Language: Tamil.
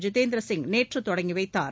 ஜிதேந்திர சிங் நேற்று தொடங்கி வைத்தார்